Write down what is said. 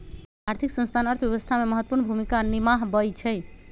आर्थिक संस्थान अर्थव्यवस्था में महत्वपूर्ण भूमिका निमाहबइ छइ